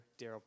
Daryl